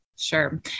Sure